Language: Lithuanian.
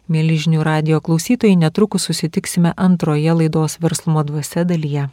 mieli žinių radijo klausytojai netrukus susitiksime antroje laidos verslumo dvasia dalyje